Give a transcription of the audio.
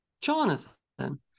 Jonathan